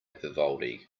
vivaldi